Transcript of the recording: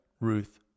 Ruth